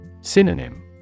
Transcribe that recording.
Synonym